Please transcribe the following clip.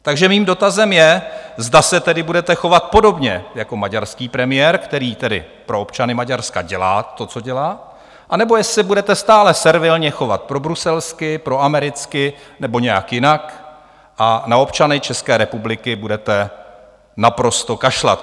Takže mým dotazem je, zda se tedy budete chovat podobně jako maďarský premiér, který tedy pro občany Maďarska dělá to, co dělá, anebo jestli se budete stále servilně chovat probruselsky, proamericky nebo nějak jinak a na občany České republiky budete naprosto kašlat.